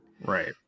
right